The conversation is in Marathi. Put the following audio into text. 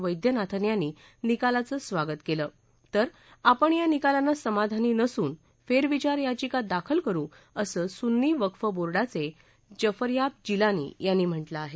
वैद्यनाथन् यांनी निकालाचं स्वागत केलं तर आपण या निकालाने समाधानी नसून फेरविचार याचिका दाखल करु असं सुन्नी वक्फ बोर्डाचे जफरयाब जिलानी यांनी म्हटलं आहे